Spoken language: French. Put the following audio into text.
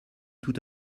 tout